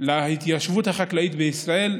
להתיישבות החקלאית בישראל,